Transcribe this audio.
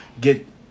get